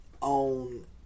on